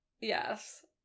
Yes